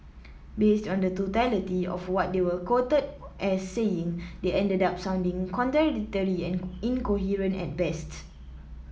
based on the totality of what they were quoted as saying they ended up sounding contradictory and incoherent at best